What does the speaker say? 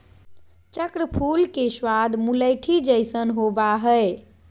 चक्र फूल के स्वाद मुलैठी जइसन होबा हइ